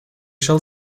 shall